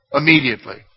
immediately